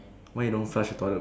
why you don't flush the toilet bowl